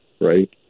right